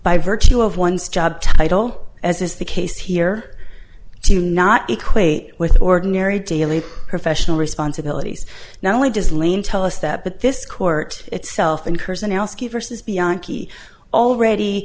by virtue of one's job title as is the case here do not equate with ordinary daily professional responsibilities not only does lane tell us that but this court itself and personnel ski versus beyond already